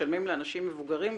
משלמים לאנשים מבוגרים,